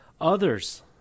Others